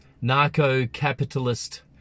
narco-capitalist